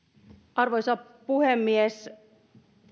arvoisa puhemies